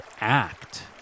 act